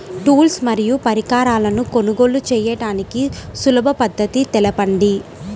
Tools మరియు పరికరాలను కొనుగోలు చేయడానికి సులభ పద్దతి తెలపండి?